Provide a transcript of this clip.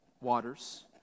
waters